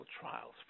trials